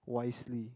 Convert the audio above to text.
wisely